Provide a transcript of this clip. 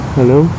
Hello